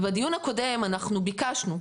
בדיון הקודם ביקשנו,